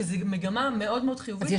שזו מגמה מאוד חיובית.